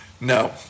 No